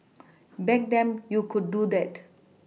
back then you could do that